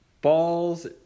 balls